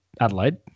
Adelaide